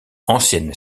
ancienne